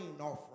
offering